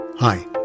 Hi